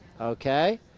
okay